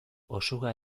osuga